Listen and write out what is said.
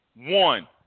One